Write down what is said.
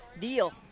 Deal